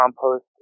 compost